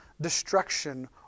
destruction